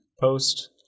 post